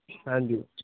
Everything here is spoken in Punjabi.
ਹਾਂਜੀ